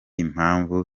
impamvu